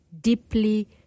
deeply